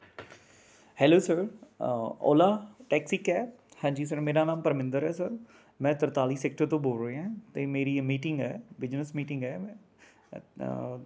hello sir Ola taxi cab ਹਾਂਜੀ sir ਮੇਰਾ ਨਾਮ ਪਰਮਿੰਦਰ ਹੈ ਸਰ ਮੈਂ ਤਰਤਾਲ਼ੀ ਸੈਕਟਰ ਤੋਂ ਬੋਲ ਰਿਹਾ ਅਤੇ ਮੇਰੀ ਮੀਟਿੰਗ ਹੈ ਬਿਜਨਸ ਮੀਟਿੰਗ ਹੈ